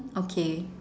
okay